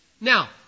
Now